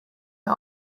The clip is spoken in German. wir